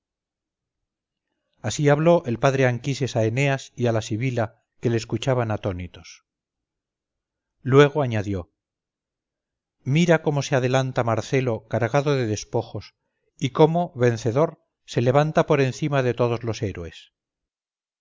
así habló el padre anquises a eneas y a la sibila que le escuchaban atónitos luego añadió mira cómo se adelanta marcelo cargado de despojos y cómo vencedor se levanta por encima de todos los héroes